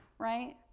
right.